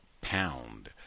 Pound